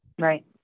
Right